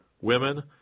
women